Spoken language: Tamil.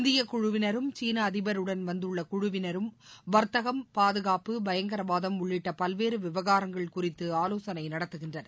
இந்திய குழுவினரும் சீன அதிபருடன் வந்துள்ள குழுவினரும் வர்த்தகம் பாதுகாப்பு பயங்கரவாதம் உள்ளிட்ட பல்வேறு விவகாரங்கள் குறித்து ஆலோசனை நடத்துகின்றனர்